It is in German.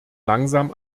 langsam